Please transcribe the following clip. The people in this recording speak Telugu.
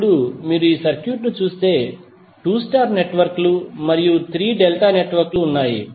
ఇప్పుడు మీరు సర్క్యూట్ చూస్తే 2 స్టార్ నెట్వర్క్ లు మరియు 3 డెల్టా నెట్వర్క్ లు ఉన్నాయి